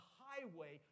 highway